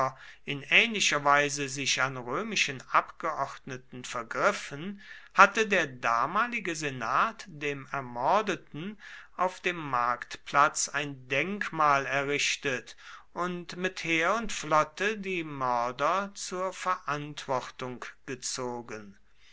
in ähnlicher weise sich an römischen abgeordneten vergriffen hatte der damalige senat dem ermordeten auf dem marktplatz ein denkmal errichtet und mit heer und flotte die mörder zur verantwortung gezogen